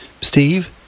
Steve